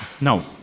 Now